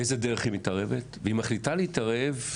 באיזה דרך היא מתערבת ואם היא מחליטה להתערב,